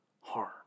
hard